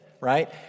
right